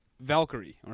Valkyrie